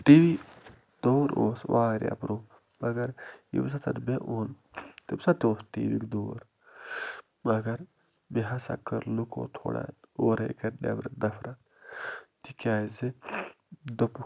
T V تِمَن اوس واریاہ برٛوٚنٛہہ مگر ییٚمہِ ساتَن مےٚ اوٚن تَمۍ ساتہٕ تہِ اوس ٹی وی یُک دور مگر مےٚ ہسا کٔر لُکو تھوڑا اورَٕے گَرِ نٮ۪برٕ نفرت تِکیٛازِ دوٚپُکھ